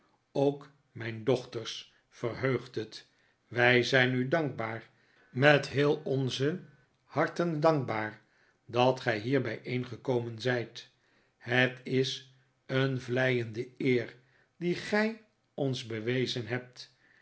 ook mijn dochters verheugt het wij zijn u dankbaar met heel onze harten dankbaar dat gij hier bijeengekomen zijt het is een vleiende eer die gij ons bewezen hebt